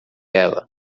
ela